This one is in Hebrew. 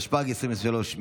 התשפ"ג 2023,